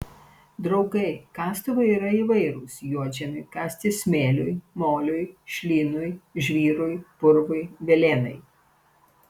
draugai kastuvai yra įvairūs juodžemiui kasti smėliui moliui šlynui žvyrui purvui velėnai